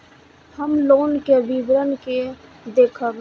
हम लोन के विवरण के देखब?